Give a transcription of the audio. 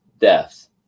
deaths